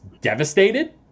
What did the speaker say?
devastated